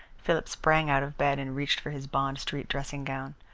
philip sprang out of bed and reached for his bond street dressing-gown.